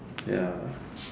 ya